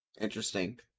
Interesting